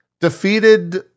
Defeated